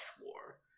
war